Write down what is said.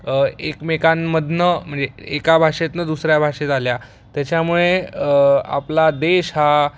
एक एकमेकांमधून म्हणजे एका भाषेतून दुसऱ्या भाषेत आल्या त्याच्यामुळे आपला देश हा